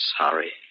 sorry